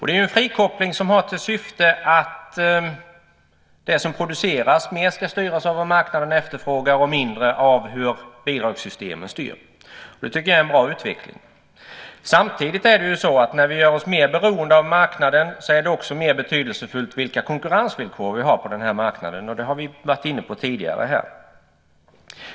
Det är en frikoppling som har till syfte att det som produceras mer ska styras av vad marknaden efterfrågar och mindre av bidragssystemen. Det tycker jag är en bra utveckling. Samtidigt är det ju så att när vi gör oss mer beroende av marknaden är det mer betydelsefullt vilka konkurrensvillor vi har på marknaden. Det har vi varit inne på tidigare.